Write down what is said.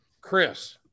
Chris